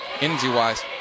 energy-wise